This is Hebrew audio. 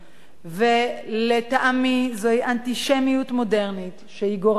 לטעמי זוהי אנטישמיות מודרנית שגוררת להסלמה,